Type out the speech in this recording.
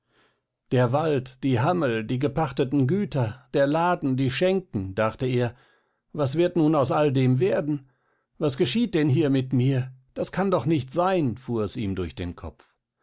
der wald die hammel die gepachteten güter der laden die schenken dachte er was wird nun aus alledem werden was geschieht denn hier mit mir das kann doch nicht sein fuhr es ihm durch den kopf